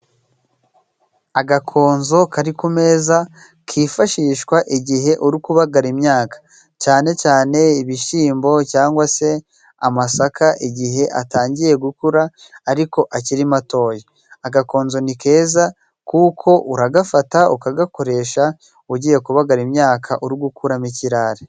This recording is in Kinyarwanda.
Agakonzo kari ku meza kifashishwa igihe uri kubagara imyaka, cyane cyane ibishimbo cyangwa se amasaka igihe atangiye gukura, ariko akiri matoya. Agakonzo ni keza kuko uragafata ukagakoresha ugiye kubagara imyaka uri gukuramo ikirare.